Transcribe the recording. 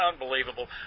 unbelievable